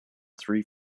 three